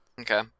Okay